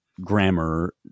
grammar